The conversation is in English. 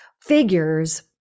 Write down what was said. figures